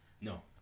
No